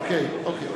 אוקיי.